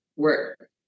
Work